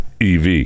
ev